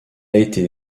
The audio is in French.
été